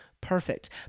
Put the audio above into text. perfect